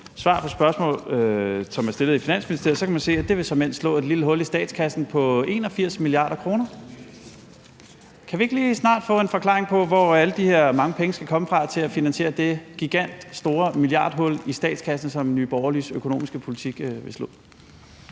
svar på et spørgsmål, som er stillet i Finansministeriet, kan man se, at det såmænd vil slå et lille hul i statskassen på 81 mia. kr. Kan vi ikke snart lige få en forklaring på, hvor alle de her mange penge skal komme fra til at finansiere det gigantstore milliardhul i statskassen, som Nye Borgerliges økonomiske politik vil slå?